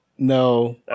No